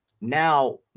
Now